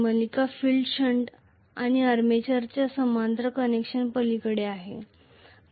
series field shunt आणि आर्मेचरच्या समांतर कनेक्शनच्या पलीकडे आहे